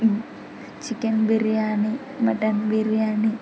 chicken biryani mutton biryani